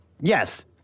Yes